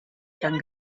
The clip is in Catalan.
tan